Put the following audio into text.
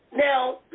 Now